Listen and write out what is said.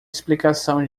explicação